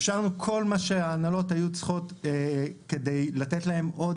אפשרנו כל מה שההנהלות היו צריכות כדי לתת להם עוד